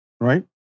Right